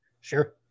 Sure